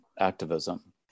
activism